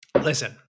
Listen